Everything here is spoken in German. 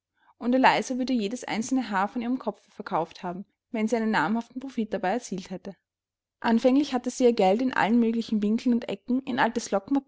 und eliza würde jedes einzelne haar von ihrem kopfe verkauft haben wenn sie einen namhaften profit dabei erzielt hätte anfänglich hatte sie ihr geld in allen möglichen winkeln und ecken in